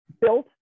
built